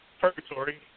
purgatory